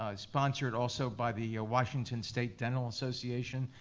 ah sponsored also by the washington state dental association.